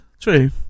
true